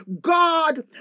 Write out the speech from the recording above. God